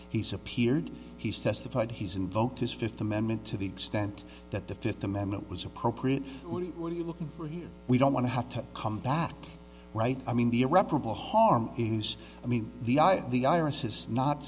he's appeared he's testified he's invoked his fifth amendment to the extent that the fifth amendment was appropriate we will be looking for you we don't want to have to come back right i mean the irreparable harm is i mean the irises not